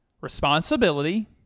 Responsibility